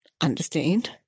understand